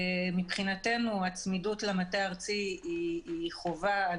מבחינתנו הצמידות למטה הארצי היא חובה על